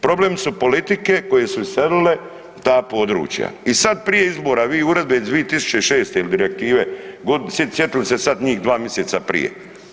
Problem su politike koje su iselile ta područja i sada prije izbora vi uredbe iz 2006. ili direktive sjetili se sada njih 2 mjeseca prije.